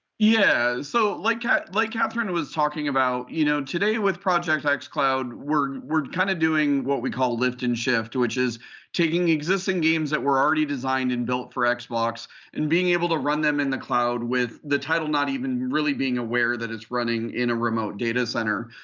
yeah, so like yeah like catherine was talking about, you know today with project like xcloud, we're kind of doing what we call lift and shift. which is taking existing games that were already designed and built for xbox and being able to run them in the cloud with the title not even really being aware that it's running in a remote data center.